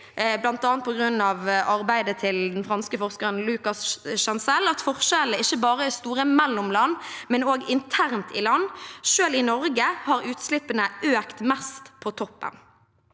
bl.a. på grunn av arbeidet til den franske forskeren Lucas Chancel, at forskjellene ikke bare er store mellom land, men også internt i land. Selv i Norge har utslippene økt mest på toppen.